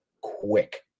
quick